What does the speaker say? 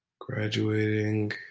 graduating